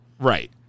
Right